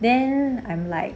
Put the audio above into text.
then I'm like